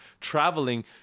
traveling